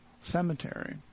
Cemetery